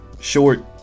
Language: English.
short